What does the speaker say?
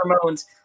hormones